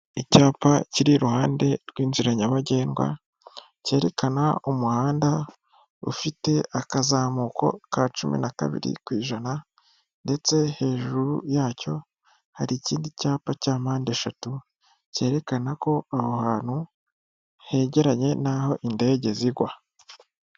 Icyapa kiri iruhande rw'inzira nyabagendwa, cyerekana umuhanda ufite akazamuko ka cumi na kabiri ku ijana, ndetse hejuru yacyo hari ikindi cyapa cya mpande eshatu, cyerekana ko aho hantu hegeranye n'aho indege zigwa.